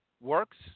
works